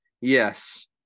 yes